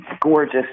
gorgeous